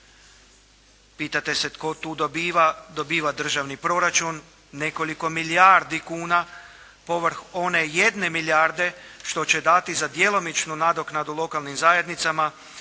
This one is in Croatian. Pitate se tko tu dobiva. Dobiva državni proračun nekoliko milijardi kuna povrh one jedne milijarde što će dati što će dati za djelomičnu nadoknadu lokalnim zajednicama